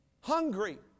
hungry